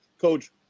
coach